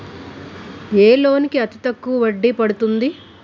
ఏ loan కి అతి తక్కువ వడ్డీ పడుతుంది?